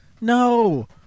No